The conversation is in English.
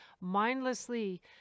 mindlessly